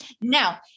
now